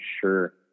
sure